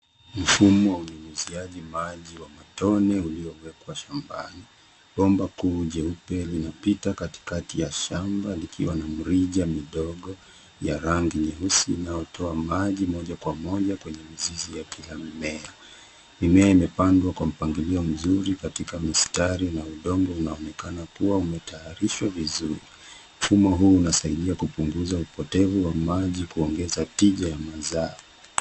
Mfumo wa unyunyiziaji maji wa matone uliowekwa shambani. Bomba kuu jeupe linapita katikati ya shamba likiwa na mrija midogo ya rangi nyeusi na unaotoa maji moja kwa moja kwenye mizizi ya kila mmea. Mimea imepandwa kwa mpangilio mzuri katika mistari na udongo unaonekana kuwa umetayarishwa vizuri. Mfumo huu unasaidia kupunguza upotevu wa maji kuongeza tija ya mazao.